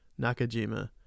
Nakajima